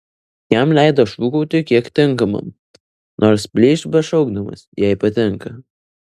jam leido šūkauti kiek tinkamam nors plyšk bešaukdamas jei patinka